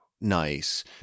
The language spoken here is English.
nice